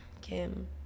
Kim